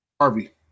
Harvey